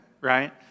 right